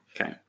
Okay